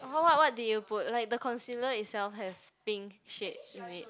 what what what did you put like the concealer itself has pink shade in it